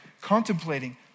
contemplating